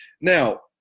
Now